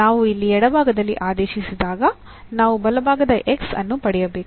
ನಾವು ಇಲ್ಲಿ ಎಡಭಾಗದಲ್ಲಿ ಆದೇಶಿಸಿದಾಗ ನಾವು ಬಲಭಾಗದ X ಅನ್ನು ಪಡೆಯಬೇಕು